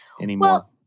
anymore